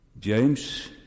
James